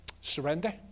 surrender